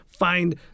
Find